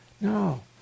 No